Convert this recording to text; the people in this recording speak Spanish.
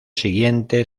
siguiente